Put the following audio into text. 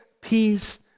peace